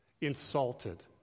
insulted